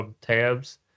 tabs